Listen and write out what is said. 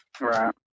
right